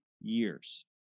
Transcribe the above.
years